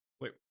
wait